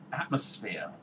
atmosphere